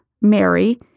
Mary